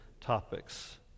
topics